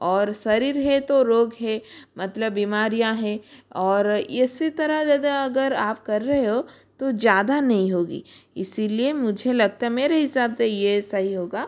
और शरीर है तो रोग है मतलब बीमारियाँ है और इसी तरह यदि अगर आप कर रहे हों तो ज़्यादा नहीं होगी इसलिए मुझे लगता मेरे हिसाब से यह सही होगा